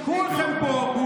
כולכם פה,